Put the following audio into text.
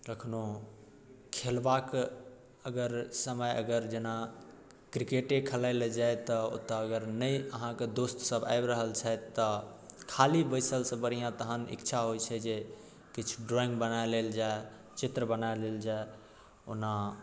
कखनो खेलबाक अगर समय अगर जेना क्रिकेटे खेलाय लऽ जाय तऽ ओतऽ अगर नहि अहाँकऽ दोस्त सब आबि रहल छथि तऽ खाली बैसलसँ बढ़िआँ तहन इच्छा होयत छै जे किछु ड्रोविंग बनाए लेल जाए चित्र बनाए लेल जाए ओना